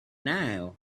now